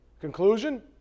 Conclusion